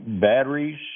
batteries